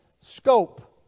scope